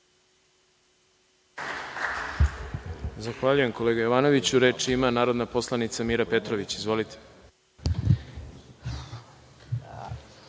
Zahvaljujem, kolega Jovanoviću. Reč ima narodna poslanica Mira Petrović. Izvolite.